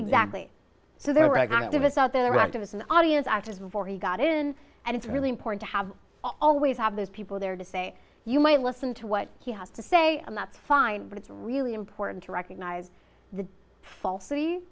exactly so there were activists out there activists and audience actors before he got in and it's really important to have always have those people there to say you might listen to what he has to say and that's fine but it's really important to recognize the fa